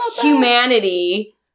humanity